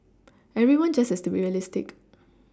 everyone just has to be realistic